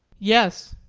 yes,